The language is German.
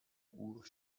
uhr